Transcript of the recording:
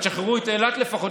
אבל תשחררו את אילת לפחות,